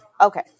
Okay